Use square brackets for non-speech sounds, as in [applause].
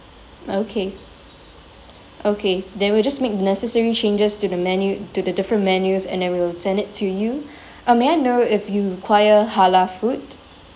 okay okay then we just make the necessary changes to the menu to the different menus and then we'll send it to you [breath] uh may I know if you require halal food